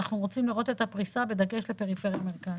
אנחנו רוצים לראות את הפריסה בדגש על פריפריה ומרכז.